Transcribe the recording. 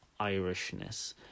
Irishness